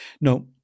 no